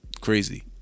crazy